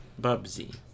Bubsy